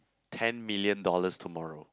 ten million dollars tomorrow